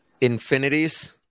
Infinities